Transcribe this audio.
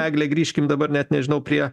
egle grįžkim dabar net nežinau prie